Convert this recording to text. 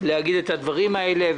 להגיד את הדברים האלה.